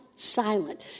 silent